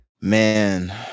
Man